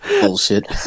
Bullshit